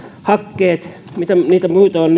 hakkeet mitä niitä muita on